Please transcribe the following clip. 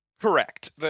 Correct